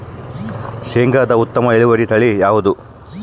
ಶೇಂಗಾದ ಉತ್ತಮ ಇಳುವರಿ ತಳಿ ಯಾವುದು?